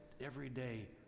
everyday